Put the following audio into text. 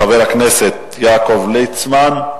חבר הכנסת יעקב ליצמן,